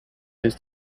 his